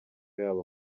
yabo